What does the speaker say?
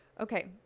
Okay